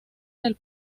del